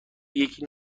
یکی